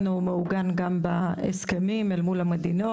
הוא מעוגן גם בהסכמים אל מול המדינות.